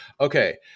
okay